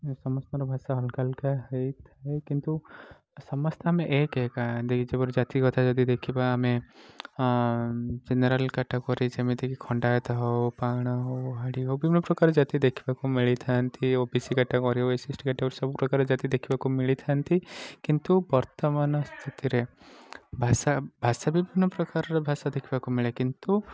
ସମସ୍ତଙ୍କ ଭାଷା ଅଲଗା ଅଲଗା ହୋଇଥାଏ କିନ୍ତୁ ସମସ୍ତେ ଆମେ ଏକ ଏକା ଯଦି ଜାତି କଥା ଦେଖିବା ଆମେ ଜେନେରାଲ କାଟାଗୋରି ଯେମିତିକି ଖଣ୍ଡାୟତ ହେଉ ପାଣ ହେଉ ହାଡ଼ି ହେଉ ବିଭିନ୍ନ ପ୍ରକାର ଜାତି ଦେଖିବାକୁ ମିଳିଥାନ୍ତି ଓବିସି କାଟାଗୋରି ଏସସିଏସଷ୍ଟି କେଟାଗୋରି ସବୁପ୍ରକାର ଜାତି ଦେଖିବାକୁ ମିଳିଥାନ୍ତି କିନ୍ତୁ ବର୍ତ୍ତମାନ ସ୍ଥିତିରେ ଭାଷା ଭାଷା ବିଭିନ୍ନ ପ୍ରକାରର ଭାଷା ଦେଖିବାକୁ ମିଳେ କିନ୍ତୁ